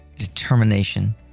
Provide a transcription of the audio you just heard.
determination